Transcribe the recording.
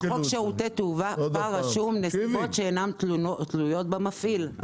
בחוק שירותי תעופה כתוב נסיבות שאינן תלויות בפעיל.